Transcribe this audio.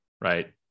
right